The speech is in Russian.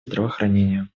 здравоохранения